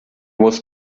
was